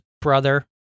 brother